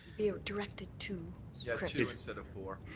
be ah directed to yeah to instead of for.